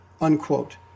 unquote